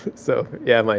so yeah, like